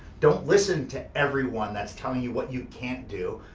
don't listen to everyone that's telling you what you can't do.